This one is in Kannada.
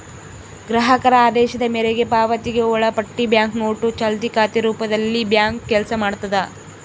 ಗ್ರಾಹಕರ ಆದೇಶದ ಮೇರೆಗೆ ಪಾವತಿಗೆ ಒಳಪಟ್ಟಿ ಬ್ಯಾಂಕ್ನೋಟು ಚಾಲ್ತಿ ಖಾತೆ ರೂಪದಲ್ಲಿಬ್ಯಾಂಕು ಕೆಲಸ ಮಾಡ್ತದ